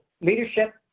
leadership